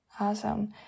Awesome